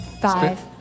Five